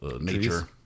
nature